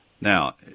Now